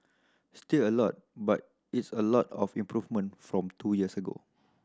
still a lot but it's a lot of improvement from two years ago